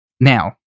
Now